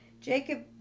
Jacob